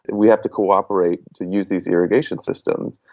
and we have to cooperate to use these irrigation systems.